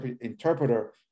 interpreter